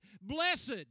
blessed